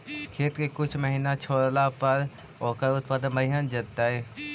खेत के कुछ महिना छोड़ला पर ओकर उत्पादन बढ़िया जैतइ?